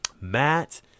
Matt